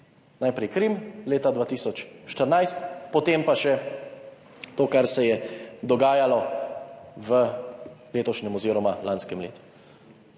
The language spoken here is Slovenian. najprej Krim leta 2014, potem pa še to kar se je dogajalo v letošnjem oziroma lanskem letu.